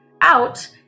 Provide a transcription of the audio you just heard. out